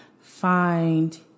find